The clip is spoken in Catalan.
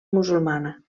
musulmana